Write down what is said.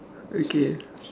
okay